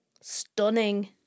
Stunning